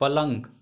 पलंग